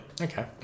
Okay